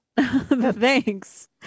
thanks